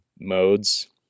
modes